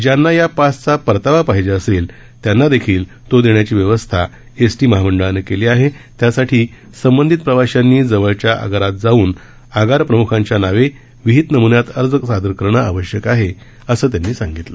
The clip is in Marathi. ज्यांना या पासचा परतावा पाहिजे असेल त्यांना देखील तो देण्याची व्यवस्था एसटी महामंडळानं केली आहे त्यासाठी संबंधित प्रवाशांनी जवळच्या आगारात जाऊन आगारप्रमुखांच्या नावे विहित नमुन्यात अर्ज सादर करणं आवश्यक आहे असं त्यांनी सांगितलं